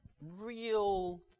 Real